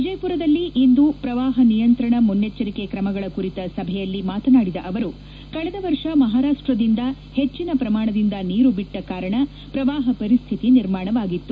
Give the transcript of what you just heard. ವಿಜಯಪುರದಲ್ಲಿಂದು ಪ್ರವಾಪ ನಿಯಂತ್ರಣ ಮುನ್ನೆಚ್ಚರಿಕೆ ತ್ರಮಗಳ ಕುರಿತ ಸಭೆಯಲ್ಲಿ ಮಾತನಾಡಿದ ಅವರು ಕಳೆದ ವರ್ಷ ಮಹಾರಾಷ್ಟದಿಂದ ಹೆಚ್ಚಿನ ಪ್ರಮಾಣದಿಂದ ನೀರು ಬಿಟ್ಟ ಕಾರಣ ಪ್ರವಾಹ ಪರಿಸ್ಕಿತಿ ನಿರ್ಮಾಣವಾಗಿತ್ತು